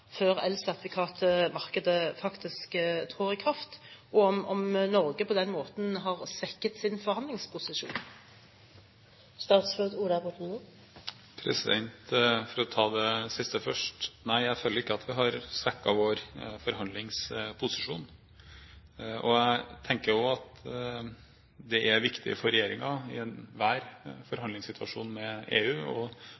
før elsertifikatmarkedet faktisk trer i kraft, og om Norge på den måten har svekket sin forhandlingsposisjon. For å ta det siste først: Nei, jeg føler ikke at vi har svekket vår forhandlingsposisjon. Jeg tenker også at det er viktig for regjeringen i enhver